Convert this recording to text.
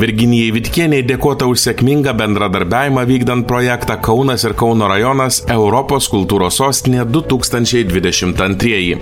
virginijai vitkienei dėkota už sėkmingą bendradarbiavimą vykdant projektą kaunas ir kauno rajonas europos kultūros sostinė du tūkstančiai dvidešimt antrieji